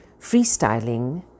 freestyling